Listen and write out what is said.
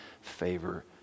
favor